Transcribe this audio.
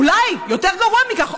אולי יותר גרוע מכך,